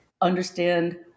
understand